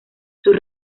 sus